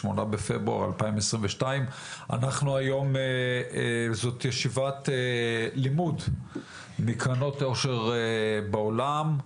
8 בפברואר 2022. היום זאת ישיבת לימוד מקרנות עושר בעולם,